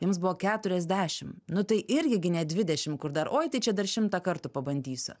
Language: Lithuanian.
jums buvo keturiasdešim nu tai irgi gi ne dvidešim kur dar oi tai čia dar šimtą kartų pabandysiu